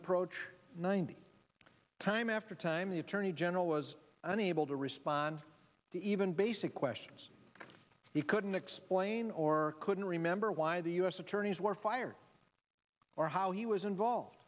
approach ninety time after time the attorney general was unable to respond to even basic questions he couldn't explain or couldn't remember why the u s attorneys were fired or how he was involved